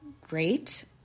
great